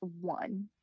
one